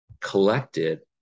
collected